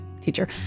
teacher